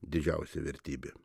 didžiausia vertybė